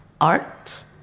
art